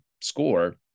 score